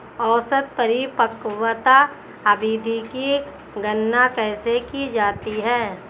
औसत परिपक्वता अवधि की गणना कैसे की जाती है?